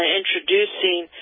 introducing